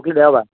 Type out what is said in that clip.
পৰহিলৈ দেওবাৰ